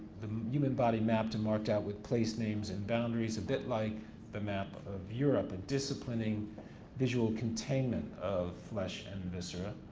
the human body mapped and marked out with place names and boundaries, a bit like the map of europe, a disciplining visual containment of flesh and viscera.